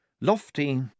Lofty